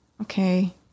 okay